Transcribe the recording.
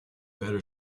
better